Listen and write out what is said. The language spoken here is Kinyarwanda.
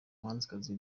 umuhanzikazi